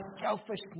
selfishness